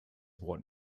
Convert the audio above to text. what